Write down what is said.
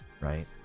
right